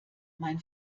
mein